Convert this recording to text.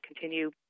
continue